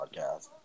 podcast